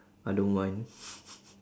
I don't mind